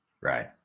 Right